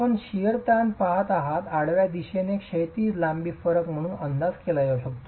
आपण शिअर ताण पहात आहात आडव्या दिशेने क्षैतिज लांबी फरक म्हणून अंदाज केला जाऊ शकतो